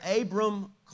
abram